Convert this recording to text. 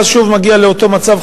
ואז שוב נגיע לאותו מצב,